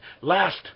last